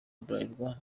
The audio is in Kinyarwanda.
bralirwa